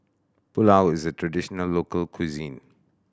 pulao is a traditional local cuisine